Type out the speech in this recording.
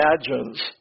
imagines